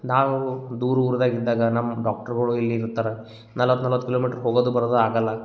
ನಾವು ದೂರ ಊರ್ದಾಗ ಇದ್ದಾಗ ನಮ್ಮ ಡಾಕ್ಟ್ರುಗಳು ಇಲ್ಲಿ ಇರ್ತಾರೆ ನಲ್ವತ್ತು ನಲ್ವತ್ತು ಕಿಲೋಮೀಟ್ರು ಹೋಗೋದು ಬರೋದು ಆಗಲ್ಲ